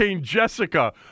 Jessica